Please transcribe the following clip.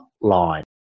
Line